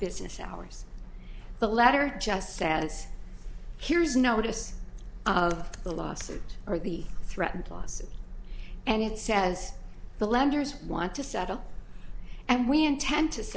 business hours the letter just says here's notice of the lawsuit or the threatened lawsuit and it says the lenders want to settle and we intend to